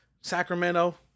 Sacramento